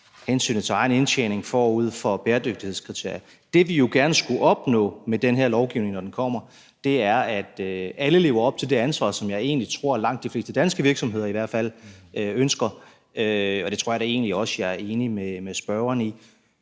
hensynet til egen indtjening før bæredygtighedskriterierne. Det, vi jo gerne skulle opnå med den her lovgivning, når den kommer, er, at alle lever op til det ansvar, hvilket jeg egentlig tror at i hvert fald langt de fleste danske virksomheder ønsker, og det tror jeg da egentlig også spørgeren og